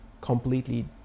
completely